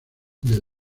del